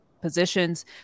positions